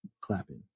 Clapping